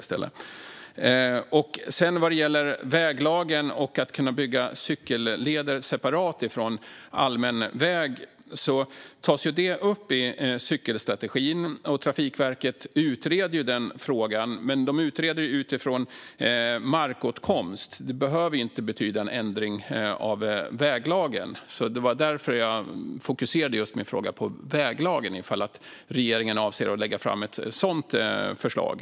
Jag ställde också en fråga om väglagen och möjligheten att bygga cykelleder separat från allmän väg. Detta är något som tas upp i cykelstrategin. Trafikverket utreder frågan, men de utreder den utifrån markåtkomst. Det behöver inte betyda en ändring av väglagen. Det var därför jag fokuserade min fråga på väglagen. Avser regeringen att lägga fram ett sådant förslag?